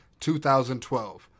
2012